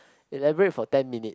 elaborate for ten minute